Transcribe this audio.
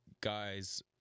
guys